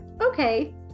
okay